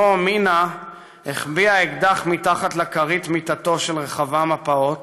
אימו מינה החביאה אקדח מתחת לכרית מיטתו של רחבעם הפעוט,